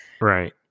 Right